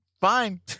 fine